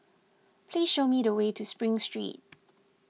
please show me the way to Spring Street